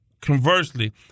Conversely